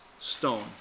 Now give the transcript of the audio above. Stone